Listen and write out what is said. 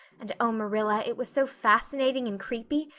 and, oh, marilla, it was so fascinating and creepy.